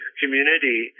community